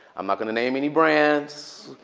i'm not going to name any brands.